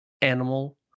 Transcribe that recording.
animal